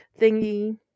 thingy